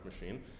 machine